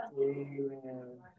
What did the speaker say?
Amen